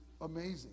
amazing